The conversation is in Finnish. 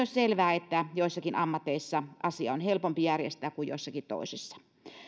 selvää että joissakin ammateissa asia on helpompi järjestää kuin joissakin toisissa